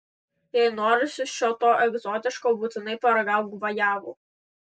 jei norisi šio to egzotiško būtinai paragauk gvajavų